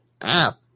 app